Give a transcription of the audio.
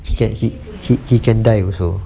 he can he he can die also